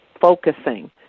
focusing